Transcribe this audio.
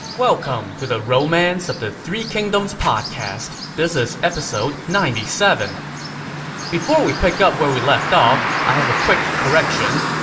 welcome to the romance of the three kingdoms podcast. this is episode ninety seven point before we pick up where we left off, i have a quick correction.